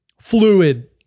fluid